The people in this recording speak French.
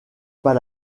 pas